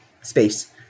space